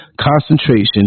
concentration